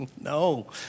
No